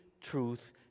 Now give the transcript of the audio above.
truth